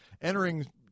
entering